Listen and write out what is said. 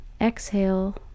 exhale